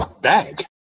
bag